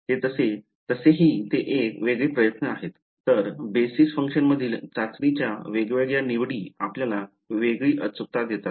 ते तसे हि एक वेळचे प्रयत्न आहे तर बेसिस फंक्शनमधील चाचणीच्या वेगवेगळ्या निवडी आपल्याला वेगळी अचूकता देतात